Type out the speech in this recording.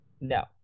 No